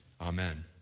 Amen